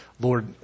Lord